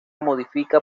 modifica